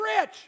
rich